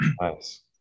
nice